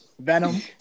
Venom